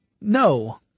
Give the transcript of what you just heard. No